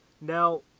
Now